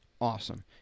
awesome